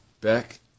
back